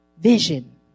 vision